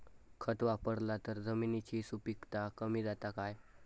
खत वापरला तर जमिनीची सुपीकता कमी जाता काय?